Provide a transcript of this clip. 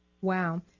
Wow